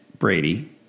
Brady